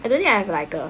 I don't think I have like a